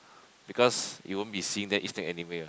because you won't be seeing them eat snake anyway ah